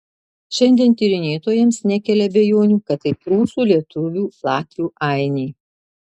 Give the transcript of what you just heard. šiandien tyrinėtojams nekelia abejonių kad tai prūsų lietuvių latvių ainiai